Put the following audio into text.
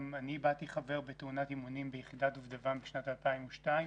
גם אני איבדתי חבר בתאונת אימונים ביחידת דובדבן בשנת 2002,